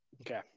Okay